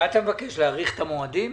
אתה מבקש להאריך את המועדים?